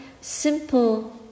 simple